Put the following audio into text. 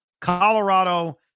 Colorado